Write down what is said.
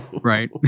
Right